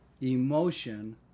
emotion